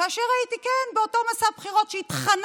כאשר הייתי, כן, באותו מסע בחירות שהתחננתם